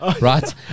right